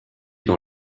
dans